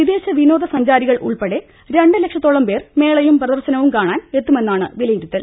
വിദേശ വിനോദസഞ്ചാ രികൾ ഉൾപ്പെടെ രണ്ട് ലക്ഷത്തോളം പേർ മേളയും പ്രദർശനവും കാണാൻ എത്തുമെന്നാണ് വിലയിരുത്തൽ